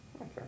Okay